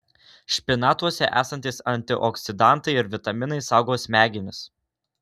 špinatuose esantys antioksidantai ir vitaminai saugo smegenis